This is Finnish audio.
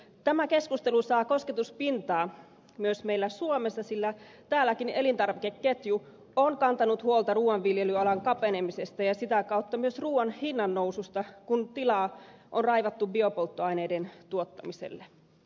tämä keskustelu saa kosketuspintaa myös meillä suomessa sillä täälläkin elintarvikeketju on kantanut huolta ruuan viljelyalan kapenemisesta ja sitä kautta myös ruuan hinnannoususta kun tilaa on raivattu biopolttoaineiden tuottamiselle